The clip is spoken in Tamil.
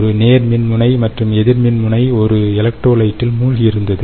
ஒரு நேர்மின்முனை மற்றும் எதிர்மின்முனை ஒரு எலக்ட்ரோலைட்டில் மூழ்கியிருந்தது